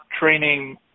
training